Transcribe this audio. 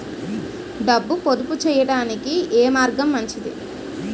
డబ్బు పొదుపు చేయటానికి ఏ మార్గం మంచిది?